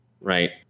right